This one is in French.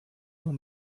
mon